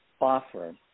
offer